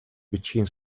бичгийн